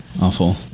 awful